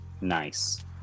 Nice